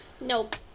Nope